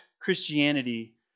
Christianity